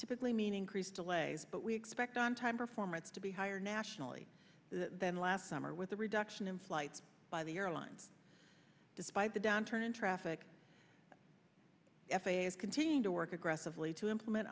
typically mean increased delays but we expect on time performance to be higher nationally than last summer with the reduction in flights by the airlines despite the downturn in traffic f a s continuing to work aggressively to implement